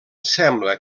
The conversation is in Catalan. sembla